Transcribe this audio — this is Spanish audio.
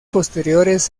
posteriores